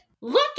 Look